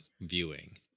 viewing